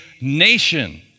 nation